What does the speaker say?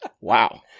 Wow